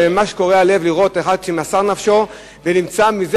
זה ממש קורע לב לראות אחד שמסר נפשו ונפצע מזה